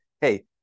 hey